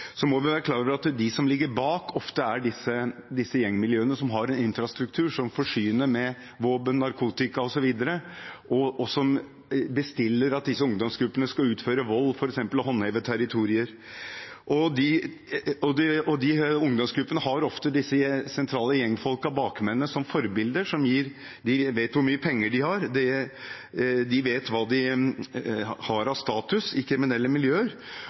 Vi må være klar over at de som ligger bak, er gjengmiljøene. De har en infrastruktur som forsyner dem med våpen, narkotika osv. og bestiller at disse ungdomsgruppene skal utføre vold, f.eks. for å håndheve territorier. Ungdomsgruppene har ofte disse sentrale gjengfolkene, bakmennene, som forbilder. De vet hvor mye penger de har, og de vet hva de har av status i kriminelle miljøer.